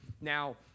Now